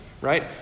right